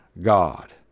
God